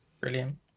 Brilliant